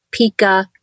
pika